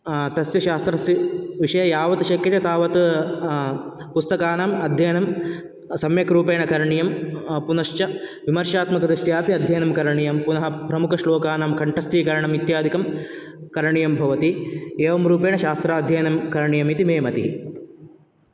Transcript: तस्य शास्त्रस्य विषये यावत् शक्यते तावत् पुस्तकानाम् अध्ययनं सम्यक् रूपेण करणीयं पुनश्च विमर्शात्मकदृष्ट्या अपि अध्ययनं करणीयं पुनः प्रमुखश्लोकानां कण्ठस्थीकरणम् इत्यादिकं करणीयं भवति एवं रूपेण शास्त्राध्ययनं करणीयम् इति मे मतिः